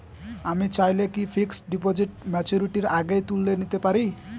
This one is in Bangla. আমি চাইলে কি ফিক্সড ডিপোজিট ম্যাচুরিটির আগেই তুলে নিতে পারি?